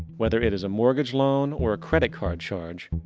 whether it is a mortgage loan or a credit card charge,